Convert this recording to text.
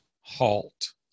halt